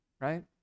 right